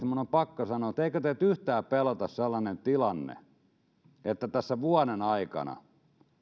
minun on pakko kysyä eikö teitä oikeasti yhtään pelota sellainen tilanne että tässä vuoden aikana